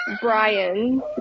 Brian